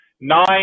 nine